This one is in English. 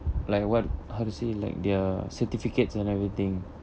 like what how to say like their certificates and everything